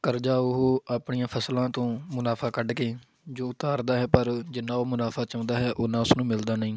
ਕਰਜ਼ਾ ਉਹ ਆਪਣੀਆਂ ਫਸਲਾਂ ਤੋਂ ਮੁਨਾਫਾ ਕੱਢ ਕੇ ਜੋ ਧਾਰਦਾ ਹੈ ਪਰ ਜਿੰਨਾ ਉਹ ਮੁਨਾਫਾ ਚਾਹੁੰਦਾ ਹੈ ਓਨਾ ਉਸਨੂੰ ਮਿਲਦਾ ਨਹੀਂ